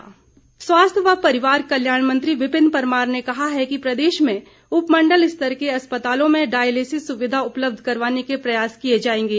विपिन परमार स्वास्थ्य व परिवार कल्याण मंत्री विपिन परमार ने कहा है कि प्रदेश में उपमंडल स्तर के अस्पतालों में डायलिसिस सुविधा उपलब्ध करवाने के प्रयास किए जाएंगे